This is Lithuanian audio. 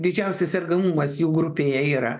didžiausias sergamumas jų grupėje yra